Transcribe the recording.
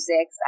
Six